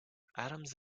adams